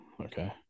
okay